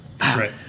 Right